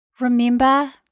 Remember